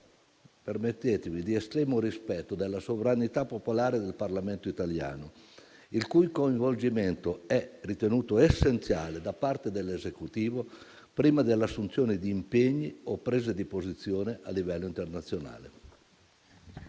permettetemi - di estremo rispetto della sovranità popolare del Parlamento italiano, il cui coinvolgimento è ritenuto essenziale da parte dell'Esecutivo prima dell'assunzione di impegni o prese di posizione a livello internazionale.